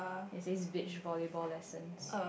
it says beach volleyball lessons